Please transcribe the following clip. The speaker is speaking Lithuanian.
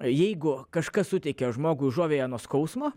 jeigu kažkas suteikia žmogui užuovėją nuo skausmo